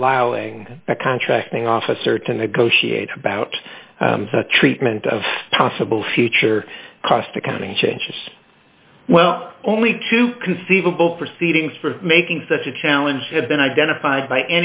allowing a contracting officer to negotiate about the treatment of tonsil future cost accounting changes well only two conceivable proceedings for making such a challenge have been identified by